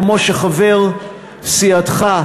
כמו שחבר סיעתך,